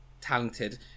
talented